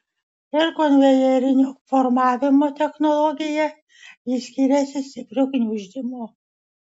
ir konvejerinio formavimo technologija ji skiriasi stipriu gniuždymu